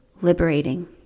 liberating